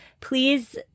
please